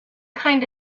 kind